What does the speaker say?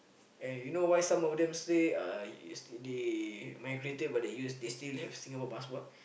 and you know why some of them say uh they migrated but they use but they still have Singapore passport